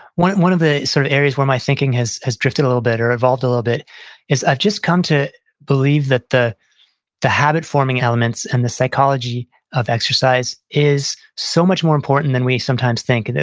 one one of the sort of areas where my thinking has has drifted a little bit or evolved a little bit is i've just come to believe that the the habit forming elements and the psychology of exercise is so much more important than we sometimes think.